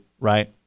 right